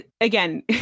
again